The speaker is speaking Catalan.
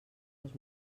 dos